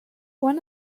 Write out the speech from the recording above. one